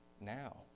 now